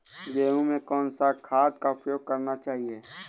गेहूँ में कौन सा खाद का उपयोग करना चाहिए?